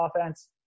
offense